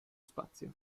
spazio